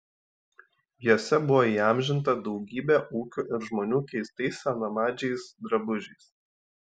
jose buvo įamžinta daugybė ūkių ir žmonių keistais senamadžiais drabužiais